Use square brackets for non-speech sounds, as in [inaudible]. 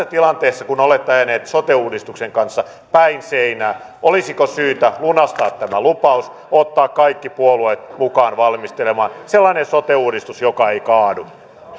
[unintelligible] tilanteessa kun olette ajaneet sote uudistuksen kanssa päin seinää olisiko syytä lunastaa tämä lupaus ottaa kaikki puolueet mukaan valmistelemaan sellainen sote uudistus joka ei kaadu